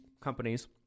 companies